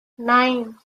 nine